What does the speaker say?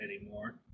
anymore